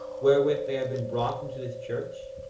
wherewith they have been brought into this church,